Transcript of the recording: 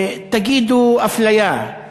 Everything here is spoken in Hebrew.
תגידו "אפליה",